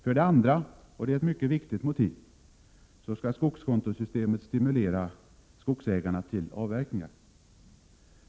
För det andra — och det är ett mycket viktigt motiv — skall skogskontosystemet stimulera skogsägarna till avverkningar.